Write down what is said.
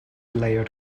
layered